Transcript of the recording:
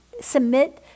submit